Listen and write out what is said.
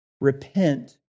Repent